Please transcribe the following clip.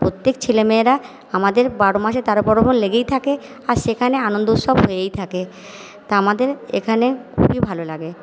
প্রত্যেক ছেলেমেয়েরা আমাদের বারো মাসে তেরো পার্বণ লেগেই থাকে আর সেখানে আনন্দ উৎসব হয়েই থাকে তা আমাদের এখানে খুবই ভালো লাগে